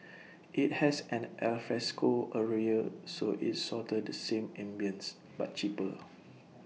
IT has an alfresco area so it's sorta the same ambience but cheaper